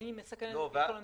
האם היא מסכנת את ביטחון המדינה,